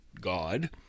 God